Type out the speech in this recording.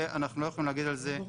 ואנחנו לא יכולים להגיד על זה שום דבר.